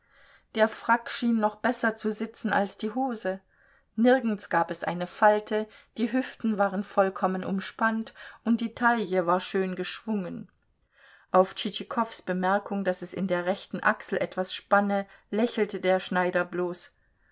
der frack schien noch besser zu sitzen als die hose nirgends gab es eine falte die hüften waren vollkommen umspannt und die taille war schön geschwungen auf tschitschikows bemerkung daß es in der rechten achsel etwas spanne lächelte der schneider bloß